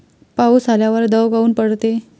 पाऊस आल्यावर दव काऊन पडते?